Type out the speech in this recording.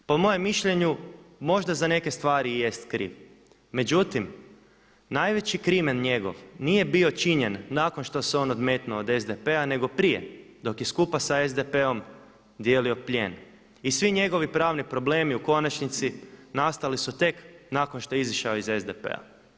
Po mojem mišljenju možda za neke stvari i jest kriv, međutim najveći krimen njegov nije bio činjen nakon što se ono odmetnuo od SDP-a nego prije, dok je skupa s SDP-om dijelio plijen i svi njegovi pravni problemi u konačnici nastali su tek nakon što je izišao iz SDP-a.